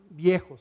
viejos